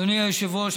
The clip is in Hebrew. אדוני היושב-ראש,